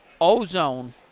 ozone